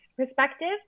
perspective